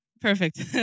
Perfect